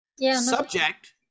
Subject